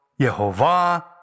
Yehovah